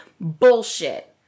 Bullshit